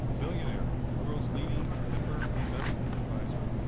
billionaire, world's leading timber investment advisor.